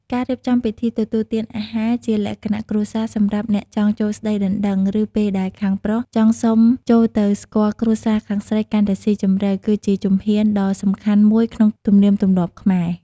ការរៀបចំពិធីទទួលទានអាហារជាលក្ខណៈគ្រួសារ សម្រាប់អ្នកចង់ចូលស្ដីដណ្ដឹង ឬពេលដែលខាងប្រុសចង់សុំចូលទៅស្គាល់គ្រួសារខាងស្រីកាន់តែស៊ីជម្រៅ គឺជាជំហានដ៏សំខាន់មួយក្នុងទំនៀមទម្លាប់ខ្មែរ។